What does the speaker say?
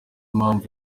mpamvu